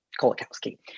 Kolakowski